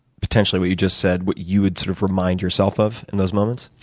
potentially what you just said, what you would sort of remind yourself of in those moments?